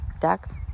ducks